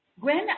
Gwen